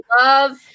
love